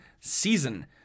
season